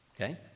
Okay